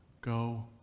go